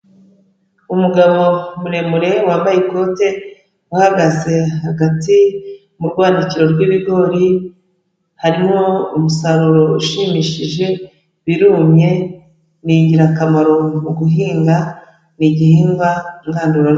Umugabo muremure wambaye ikote, uhagaze hagati mu rwanikoro rw'ibigori, harimo umusaruro ushimishije, birumye, ni ingirakamaro mu guhinga igihingwa ngandurarugo.